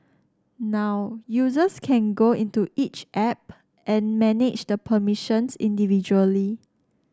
now users can go into each app and manage the permissions individually